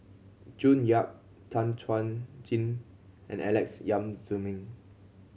June Yap Tan Chuan Jin and Alex Yam Ziming